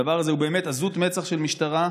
הדבר הזה הוא באמת עזות מצח של משטרה.